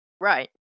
right